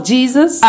Jesus